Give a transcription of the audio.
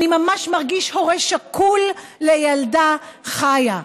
אני ממש מרגיש הורה שכול לילדה חיה.